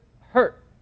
hurt